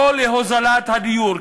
לא להוזלת הדיור,